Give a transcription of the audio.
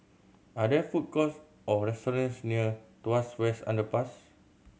are there food courts or restaurants near Tuas West Underpass